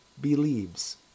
believes